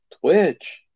Twitch